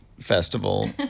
festival